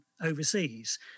overseas